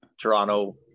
Toronto